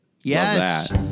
Yes